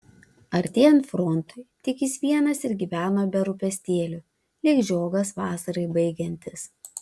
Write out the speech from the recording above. artėjant frontui tik jis vienas ir gyveno be rūpestėlių lyg žiogas vasarai baigiantis